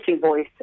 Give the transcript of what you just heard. voice